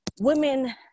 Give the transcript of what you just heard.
women